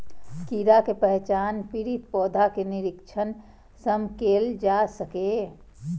कीड़ा के पहचान पीड़ित पौधा के निरीक्षण सं कैल जा सकैए